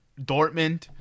Dortmund